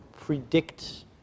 predict